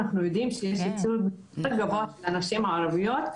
אנחנו יודעים שיש ייצוג יותר גבוה של הנשים הערביות,